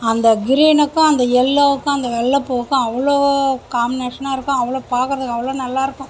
அந்த கிரீனுக்கும் அந்த எல்லோக்கும் அந்த வெள்ளை பூவுக்கும் அவ்வளோ காம்னேஷனாக இருக்கும் அவ்வளோ பார்க்கறதுக்கு அவ்வளோ நல்லாயிருக்கும்